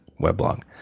weblog